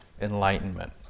enlightenment